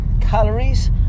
calories